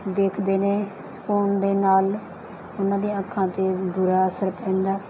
ਦੇਖਦੇ ਨੇ ਫੋਨ ਦੇ ਨਾਲ ਉਨ੍ਹਾਂ ਦੀਆਂ ਅੱਖਾਂ 'ਤੇ ਬੁਰਾ ਅਸਰ ਪੈਂਦਾ